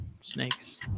snakes